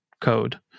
code